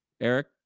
Eric